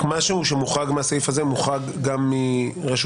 מה שמוחרג בסעיף זה יוחרג גם מחובות ממשלתיים לרשות